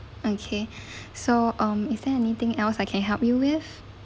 okay so um is there anything else I can help you with